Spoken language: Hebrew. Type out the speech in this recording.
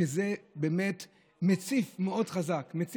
זה באמת מציף מאוד חזק את